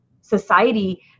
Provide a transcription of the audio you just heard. society